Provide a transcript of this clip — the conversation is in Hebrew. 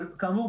אבל כאמור,